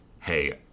hey